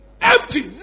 Empty